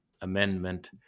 Amendment